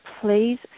please